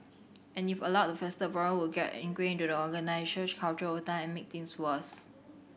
and if allowed to fester the problem would get ingrained the organisational culture over time and make things worse